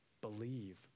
Believe